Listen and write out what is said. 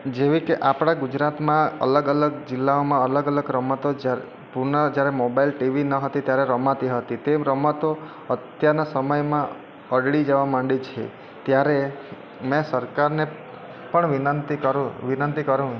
જેવી કે આપણાં ગુજરાતમાં અલગ અલગ જિલ્લાઓમાં અલગ અલગ રમતો પૂર્ણ જ્યારે મોબાઈલ ટીવી નહોતી ત્યારે રમાતી હતી તે રમતો અત્યારના સમયમાં અડળી જવા માંડી છે ત્યારે મેં સરકારને પણ વિનંતી કરું વિનંતી કરું કે